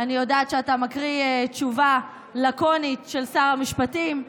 אני יודעת שאתה מקריא תשובה לקונית של שר המשפטים.